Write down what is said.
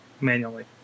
manually